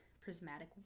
prismatic